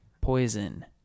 Poison